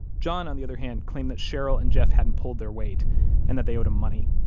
john, on the other hand, claimed that cheryl and jeff hadn't pulled their weight and that they owed him money.